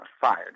fired